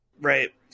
Right